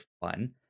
fun